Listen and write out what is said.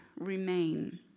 remain